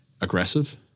aggressive